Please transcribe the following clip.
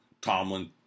Tomlin